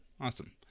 Awesome